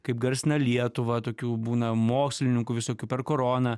kaip garsina lietuvą tokių būna mokslininkų visokių per koroną